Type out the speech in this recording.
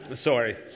Sorry